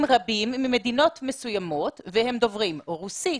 רבים ממדינות מסוימות והם דוברים רוסית,